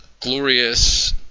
glorious